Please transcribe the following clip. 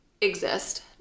exist